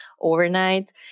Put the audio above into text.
overnight